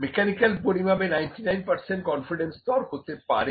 mechanical পরিমাপে 99 confidence স্তর হতে পারে